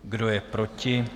Kdo je proti?